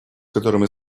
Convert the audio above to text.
которыми